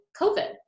COVID